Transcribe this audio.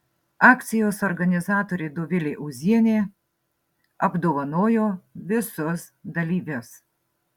akcijos organizatorė dovilė ūzienė apdovanojo visus dalyvius